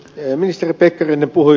eu ministeri pekkarinen puhui